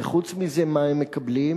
וחוץ מזה מה הם מקבלים?